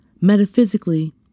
Metaphysically